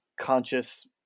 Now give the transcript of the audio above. conscious